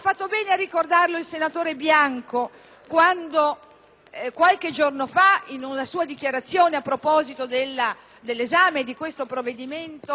qualche giorno fa, in una dichiarazione, a proposito dell'esame di questo provvedimento, ha ricordato